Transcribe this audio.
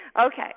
Okay